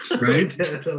right